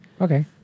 Okay